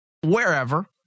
wherever